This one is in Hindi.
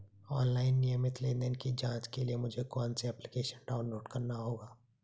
ऑनलाइन नियमित लेनदेन की जांच के लिए मुझे कौनसा एप्लिकेशन डाउनलोड करना होगा?